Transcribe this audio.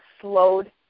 slowed